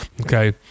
Okay